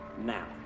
Now